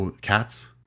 Cats